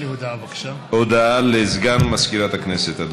הודעה לסגן מזכירת הכנסת.